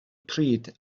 pryd